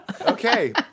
Okay